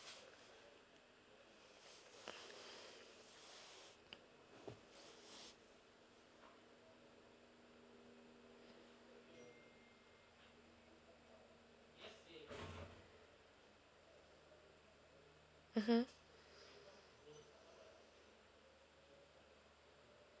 mmhmm